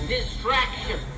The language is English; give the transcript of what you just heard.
distraction